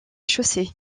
chaussée